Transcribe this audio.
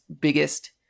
biggest